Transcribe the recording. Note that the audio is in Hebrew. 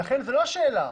אין פה שאלה.